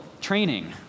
training